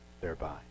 thereby